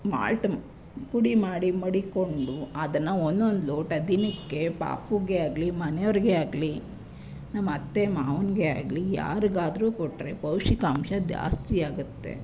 malt ಪುಡಿ ಮಾಡಿ ಮಡಿಕ್ಕೊಂಡು ಅದನ್ನು ಒಂದೊಂದು ಲೋಟ ದಿನಕ್ಕೆ ಪಾಪುಗೆ ಆಗಲಿ ಮನೆಯವರಿಗೆ ಆಗಲಿ ನಮ್ಮ ಅತ್ತೆ ಮಾವನಿಗೆ ಆಗಲಿ ಯಾರಿಗಾದ್ರೂ ಕೊಟ್ಟರೆ ಪೌಷ್ಟಿಕಾಂಶ ಜಾಸ್ತಿಯಾಗುತ್ತೆ